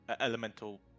elemental